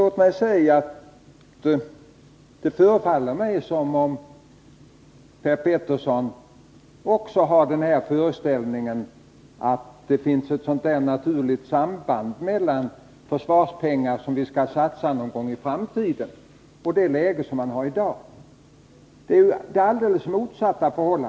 Låt mig sedan säga: Det förefaller mig som om Per Petersson har den föreställningen att det finns ett naturligt samband mellan de försvarspengar som skall satsas någon gång i framtiden och det läge som vi har i dag. Men förhållandet är ju det alldeles motsatta.